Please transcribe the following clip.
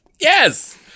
Yes